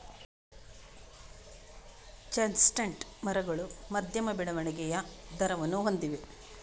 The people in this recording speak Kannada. ಚೆಸ್ಟ್ನಟ್ ಮರಗಳು ಮಧ್ಯಮ ಬೆಳವಣಿಗೆಯ ದರವನ್ನು ಹೊಂದಿವೆ